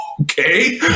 Okay